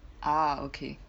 ah okay